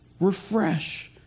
refresh